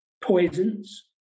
poisons